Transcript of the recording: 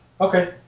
Okay